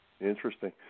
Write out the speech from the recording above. Interesting